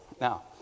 Now